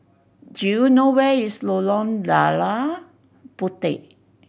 do you know where is Lorong Lada Puteh